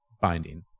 binding